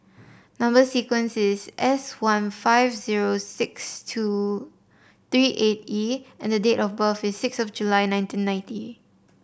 number sequence is S one five zero six two three eight E and date of birth is six of July nineteen ninety